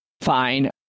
fine